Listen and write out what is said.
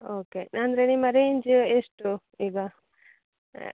okay ಅಂದರೆ ನಿಮ್ಮ range ಎಷ್ಟು ಈಗ